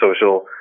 social